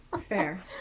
Fair